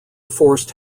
forced